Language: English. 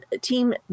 Team